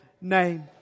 name